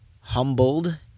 humbled